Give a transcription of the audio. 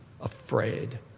afraid